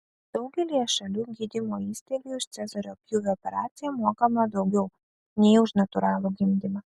daugelyje šalių gydymo įstaigai už cezario pjūvio operaciją mokama daugiau nei už natūralų gimdymą